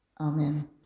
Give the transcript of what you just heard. Amen